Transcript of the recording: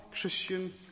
Christian